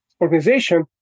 organization